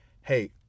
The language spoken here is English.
Hey